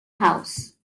house